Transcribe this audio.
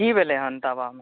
की भेलै हन दबामे